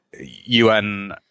UN